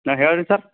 ನಾನು ಹೇಳಿ ಸರ್